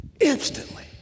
instantly